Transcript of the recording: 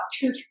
two